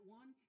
one